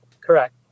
Correct